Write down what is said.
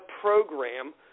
program